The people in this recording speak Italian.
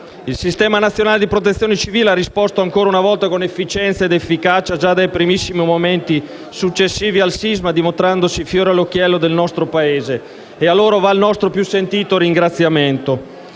Il Sistema nazionale di protezione civile ha risposto ancora una volta con efficienza ed efficacia già dai primissimi momenti successivi al sisma, dimostrandosi fiore all'occhiello del nostro Paese e a esso va il nostro più sentito ringraziamento.